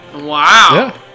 Wow